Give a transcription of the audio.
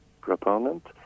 proponent